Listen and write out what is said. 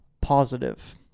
positive